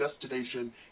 destination